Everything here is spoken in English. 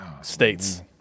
states